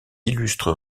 illustres